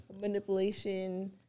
manipulation